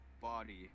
body